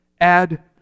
Add